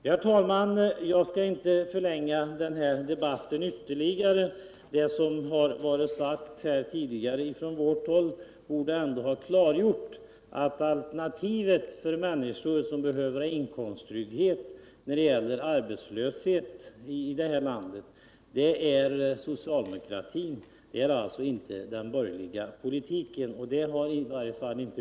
Herr talman, jag skall inte ytterligare förlänga denna debatt. Det som sagts här från vårt håll borde ändå ha klargjort att alternativet i det här landet för människor som behöver inkomsttrygghet vid arbetslöshet är socialdemokratin och inte den borgerliga politiken.